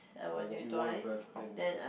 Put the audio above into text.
oh you want first then